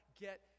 get